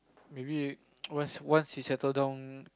maybe once once he settle down